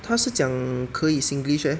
他是讲可以 singlish leh